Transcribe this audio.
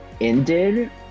ended